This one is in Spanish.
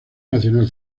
nacional